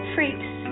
Freaks